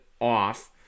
off